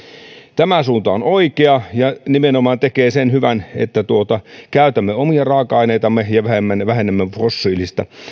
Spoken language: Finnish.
tämä suunta on oikea ja nimenomaan tekee sen hyvän että käytämme omia raaka aineitamme ja vähennämme fossiilista